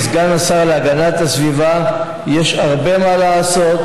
כסגן השר להגנת הסביבה יש הרבה מה לעשות,